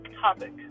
topic